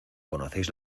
conocéis